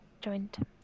joined